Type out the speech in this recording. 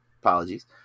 apologies